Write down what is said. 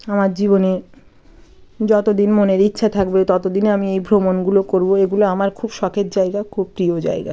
আমার জীবনে যতো দিন মনের ইচ্ছা থাকবে তত দিনই আমি এই ভ্রমণগুলো করবো এগুলো আমার খুব শখের জায়গা খুব প্রিয় জায়গা